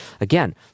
again